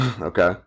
okay